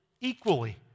equally